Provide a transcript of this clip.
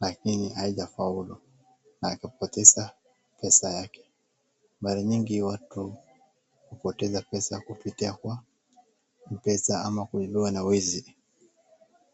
lakini haijafaulu, na akapoteza pesa yake. Mara nyingi watu hupoteza pesa kupitia kwa mpesa ama kuibiwa na wezi.